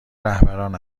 رهبران